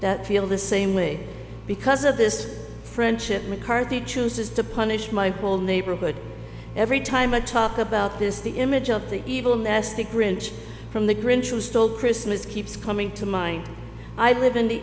that feel the same way because of this friendship mccarthy chooses to punish my whole neighborhood every time i talk about this the image of the evil nest the grinch from the grinch who stole christmas keeps coming to mind i live in the